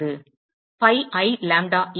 pi I lambda e